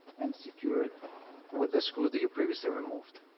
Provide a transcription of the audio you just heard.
and secure it with the screws that you previously removed